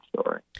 story